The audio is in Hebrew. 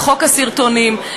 חוק הסרטונים.